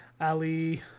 ali